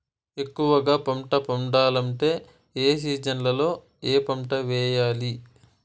ఎక్కువగా పంట పండాలంటే ఏ సీజన్లలో ఏ పంట వేయాలి